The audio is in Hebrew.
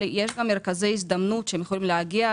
אבל יש מרכזי הזדמנות שהם יכולים להגיע,